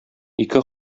ике